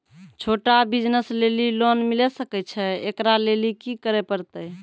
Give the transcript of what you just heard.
छोटा बिज़नस लेली लोन मिले सकय छै? एकरा लेली की करै परतै